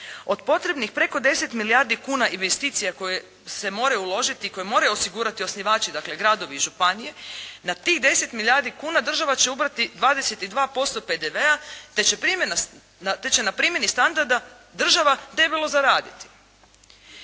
Od potrebnih preko 10 milijardi kuna investicija koje se moraju uložiti i koje moraju osigurati osnivači, dakle gradovi i županije, na tih 10 milijardi kuna država će ubrati 22% PDV-a, te će na primjeni standarda država debelo zaraditi.